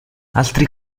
altri